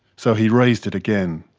so he raised it again.